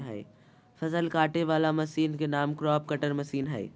फसल काटे वला मशीन के नाम क्रॉप कटर मशीन हइ